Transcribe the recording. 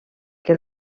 que